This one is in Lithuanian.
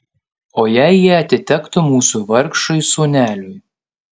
o jei jie atitektų mūsų vargšui sūneliui